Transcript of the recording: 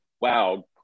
wow